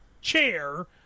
chair